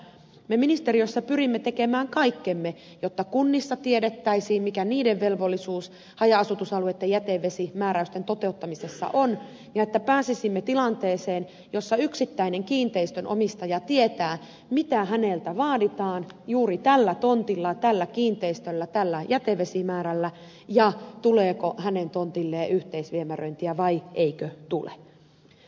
me ministeriössä pyrimme tekemään kaikkemme jotta kunnissa tiedettäisiin mikä niiden velvollisuus haja asutusalueitten jätevesimääräysten toteuttamisessa on ja että pääsisimme tilanteeseen jossa yksittäinen kiinteistönomistaja tietää mitä häneltä vaaditaan juuri tällä tontilla tällä kiinteistöllä tällä jätevesimäärällä ja tuleeko hänen tontilleen yhteisviemäröintiä vai eikö tule